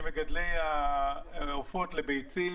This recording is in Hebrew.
שמגדלי העופות לביצים